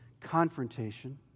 confrontation